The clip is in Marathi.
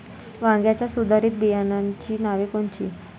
वांग्याच्या सुधारित बियाणांची नावे कोनची?